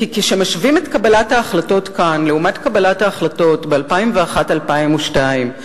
כשמשווים את קבלת ההחלטות כאן לעומת קבלת ההחלטות ב-2001 2002,